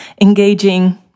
engaging